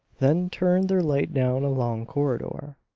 then turned their light down a long corridor.